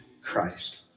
Christ